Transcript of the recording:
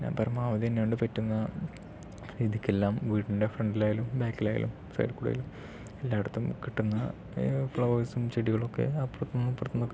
ഞാൻ പരമാവധി എന്നെ കൊണ്ട് പറ്റുന്ന രീതിക്ക് എല്ലാം വീട്ടിൻ്റെ ഫ്രണ്ടിൽ ആയാലും ബാക്കിൽ ആയാലും സൈഡിൽ കൂടെ ആയാലും എല്ലായിടത്തും കിട്ടുന്ന ഈ ഫ്ലവർസും ചെടികളും ഒക്കെ അപ്പുറത്ത് നിന്നും ഇപ്പുറത്ത് നിന്നും ഒക്കെ കിട്ടും